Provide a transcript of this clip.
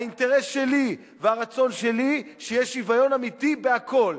האינטרס שלי והרצון שלי שיהיה שוויון אמיתי בכול,